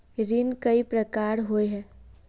ऋण कई प्रकार होए है?